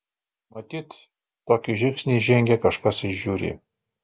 matyt tokį žingsnį žengė kažkas iš žiuri